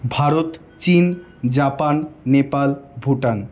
ভারত চীন জাপান নেপাল ভুটান